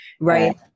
Right